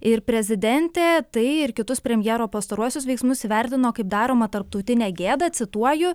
ir prezidentė tai ir kitus premjero pastaruosius veiksmus įvertino kaip daromą tarptautinę gėdą cituoju